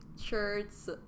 shirts